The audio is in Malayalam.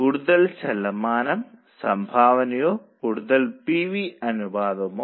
തൊഴിൽ ചെലവിന്റെ കാര്യമോ അത് മാറുമോ